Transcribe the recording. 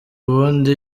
ubundi